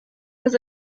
was